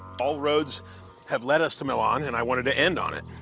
all roads have led us to milan, and i wanted to end on it.